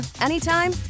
anytime